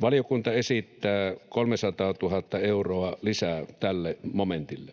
Valiokunta esittää 300 000 euroa lisää tälle momentille.